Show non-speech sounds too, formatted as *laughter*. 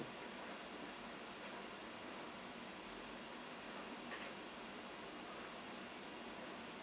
mm *breath*